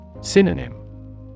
Synonym